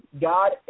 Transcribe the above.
God